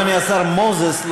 אדוני השר מוזס,